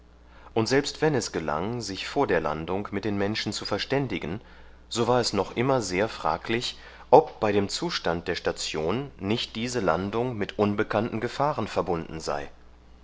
und selbst wenn es gelang sich vor der landung mit den menschen zu verständigen so war es noch immer sehr fraglich ob bei dem zustand der station nicht diese landung mit unbekannten gefahren verbunden sei